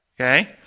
okay